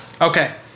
Okay